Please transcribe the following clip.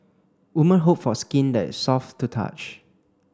women hope for skin that is soft to touch